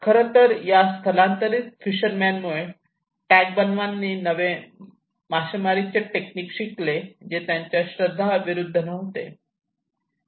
खरंतर या स्थलांतरित फिशर मेन मुळे टॅगबानवांनी नवे मासेमारीचे टेक्निक शिकले जे त्यांच्या श्रद्धा विरुद्ध नव्हते